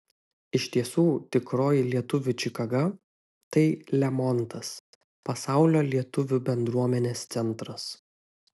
iš tiesų tikroji lietuvių čikaga tai lemontas pasaulio lietuvių bendruomenės centras